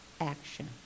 action